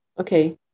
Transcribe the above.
Okay